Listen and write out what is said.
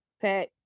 Pat